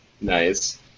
Nice